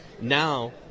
now